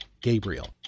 Gabriel